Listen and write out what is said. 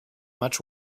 much